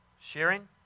sharing